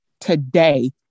today